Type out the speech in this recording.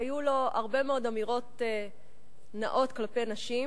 היו לו הרבה מאוד אמירות נאות כלפי נשים,